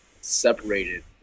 separated